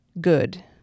good